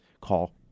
Call